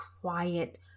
quiet